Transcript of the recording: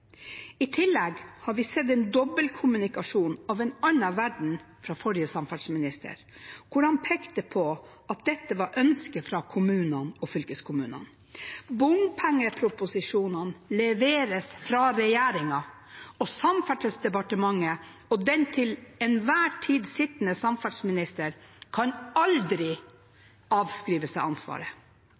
I tillegg har vi sett en dobbeltkommunikasjon av en annen verden fra forrige samferdselsminister, hvor han pekte på at dette var et ønske fra kommunene og fylkeskommunene. Bompengeproposisjonene leveres fra regjeringen, og Samferdselsdepartementet og den til enhver tid sittende samferdselsminister kan aldri fraskrive seg ansvaret.